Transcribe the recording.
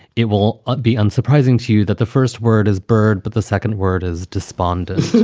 it will ah be unsurprising to you that the first word is bird. but the second word is despondence.